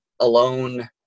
alone